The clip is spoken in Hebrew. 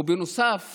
ונוסף